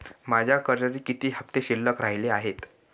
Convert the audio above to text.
माझ्या कर्जाचे किती हफ्ते शिल्लक राहिले आहेत?